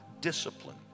discipline